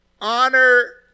honor